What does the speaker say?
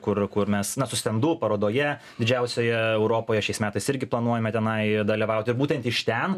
kur kur mes na su stendu parodoje didžiausioje europoje šiais metais irgi planuojame tenai dalyvauti ir būtent iš ten